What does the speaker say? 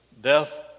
death